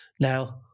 now